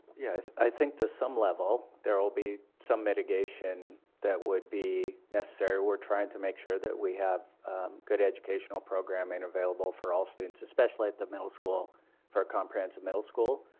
yes, i think to some level there will be some mitigation that would be necessary. we are trying to make sure that we have good educational programing available for all students especially at the middle school for comprehensive middle school.